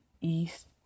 east